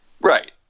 Right